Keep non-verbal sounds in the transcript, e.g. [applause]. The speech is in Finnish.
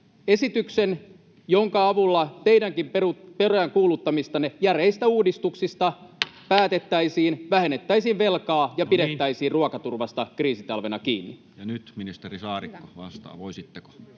esityksen, jonka avulla teidänkin peräänkuuluttamistanne järeistä uudistuksista päätettäisiin, [noise] vähennettäisiin velkaa ja pidettäisiin ruokaturvasta kriisitalvena kiinni? Ja nyt ministeri Saarikko vastaa. — Voisitteko?